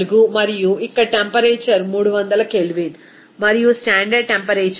4 మరియు ఇక్కడ temperature 300 K మరియు స్టాండర్డ్ టెంపరేచర్ 273